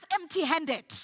empty-handed